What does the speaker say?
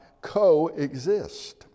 coexist